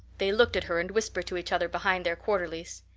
they looked at her and whispered to each other behind their quarterlies.